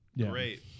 great